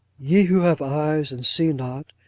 ye who have eyes and see not,